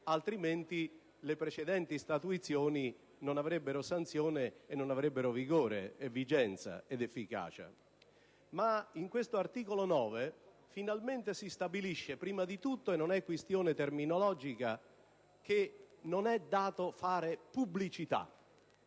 altrimenti le precedenti statuizioni non avrebbero sanzione e non avrebbero vigenza ed efficacia. Ma in questo articolo 9 finalmente si stabilisce prima di tutto, e non è questione terminologica, che non è dato fare pubblicità.